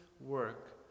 work